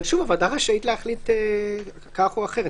אבל הוועדה רשאית להחליט כך או אחרת.